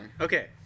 okay